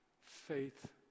faith